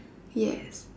yes